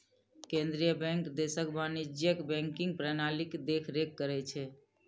केंद्रीय बैंक देशक वाणिज्यिक बैंकिंग प्रणालीक देखरेख करै छै